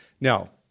Now